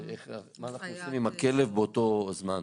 מה אנחנו עושים עם הכלב באותו זמן.